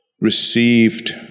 received